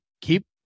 keep